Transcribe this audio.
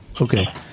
Okay